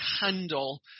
handle